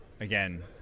again